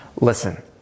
Listen